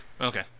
Okay